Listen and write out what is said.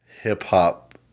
hip-hop